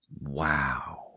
Wow